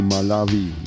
Malawi